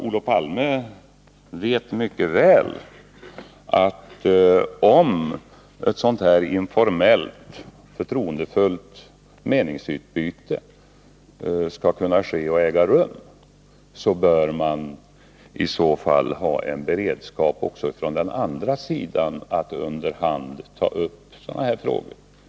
Olof Palme vet mycket väl, att om ett sådant här informellt, förtroendefullt meningsutbyte skall kunna äga rum, bör man också från den andra sidan vara beredd att ta upp sådana här frågor.